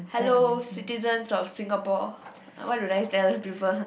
hello citizen of Singapore what do tell people